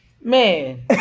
Man